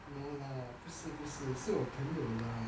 no lah 不是不是是我朋友 lah